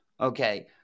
okay